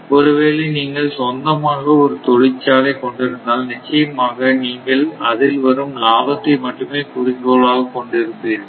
ஒருவேளை நீங்கள் சொந்தமாக ஒரு தொழிற்சாலை கொண்டிருந்தால் நிச்சயமாக நீங்கள் அதில் வரும் லாபத்தை மட்டுமே குறிக்கோளாக கொண்டு இருப்பீர்கள்